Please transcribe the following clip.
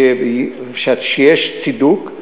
כשיש צידוק,